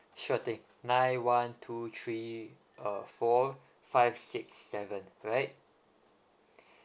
sure thing nine one two three uh four five six seven right